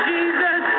Jesus